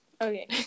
Okay